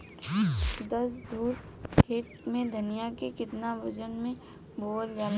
दस धुर खेत में धनिया के केतना वजन मे बोवल जाला?